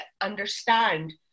understand